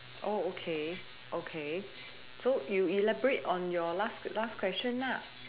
oh okay okay so you you elaborate on your last last question lah